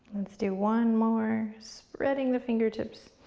let's do one more, spreading the fingertips,